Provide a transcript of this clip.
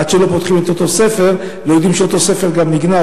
עד שלא פותחים את אותו ספר לא יודעים שאותו ספר נגנב.